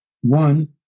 one